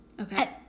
okay